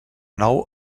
nou